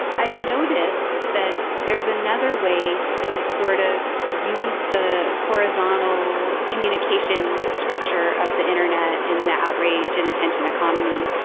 i've noticed that there's another way to sort of use the horizontal communication structure of the internet in the outrage and attention economy.